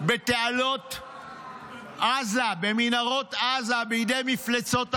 בתעלות עזה, במנהרות עזה, בידי מפלצות החמאס,